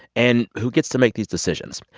and who gets to make these decisions?